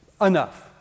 Enough